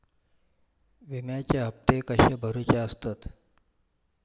विम्याचे हप्ते कसे भरुचे असतत?